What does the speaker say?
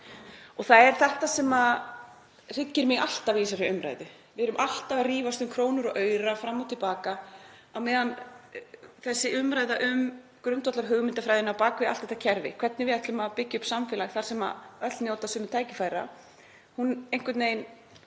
Þetta hryggir mig alltaf í þessari umræðu. Við erum alltaf að rífast um krónur og aura fram og til baka á meðan þessi umræða um grundvallarhugmyndafræðina á bak við allt þetta kerfi, hvernig við ætlum að byggja upp samfélag þar sem öll njóta sömu tækifæra, fer aldrei